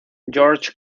george